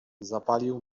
zapalił